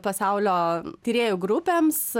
pasaulio tyrėjų grupėms